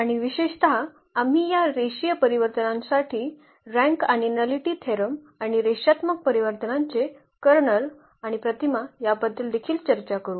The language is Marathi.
आणि विशेषतः आम्ही या रेषीय परिवर्तनांसाठी रँक आणि नलीटी थेरम आणि रेषात्मक परिवर्तनांचे कर्नल आणि प्रतिमा याबद्दल देखील चर्चा करू